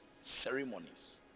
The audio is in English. ceremonies